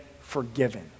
forgiven